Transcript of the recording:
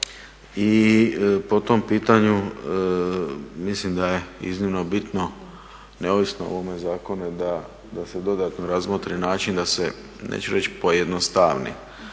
I po tom pitanju mislim da je iznimno bitno, neovisno o ovome zakonu, da se dodatno razmotri način da se, neću reći pojednostavi